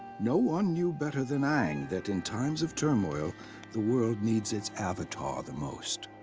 no-one knew better than aang that in times of turmoil the world needs its avatar the most.